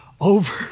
over